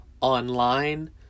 online